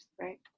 right